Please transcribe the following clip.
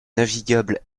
navigable